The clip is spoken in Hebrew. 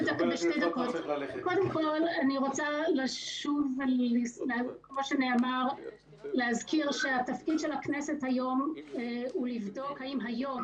אני רוצה לשוב ולהזכיר שהתפקיד של הכנסת היום הוא לבדוק אם היום,